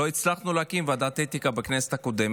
לא הצלחנו להקים ועדת אתיקה בכנסת הקודמת.